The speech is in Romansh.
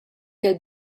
ch’el